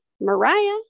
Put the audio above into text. Mariah